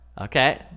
Okay